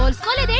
um satti